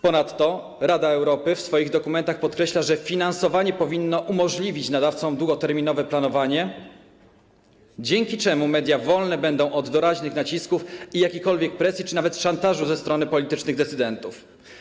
Ponadto Rada Europy w swoich dokumentach podkreśla, że finansowanie powinno umożliwić nadawcom długoterminowe planowanie, dzięki czemu media wolne będą od doraźnych nacisków i jakiejkolwiek presji czy nawet szantażu ze strony politycznych decydentów.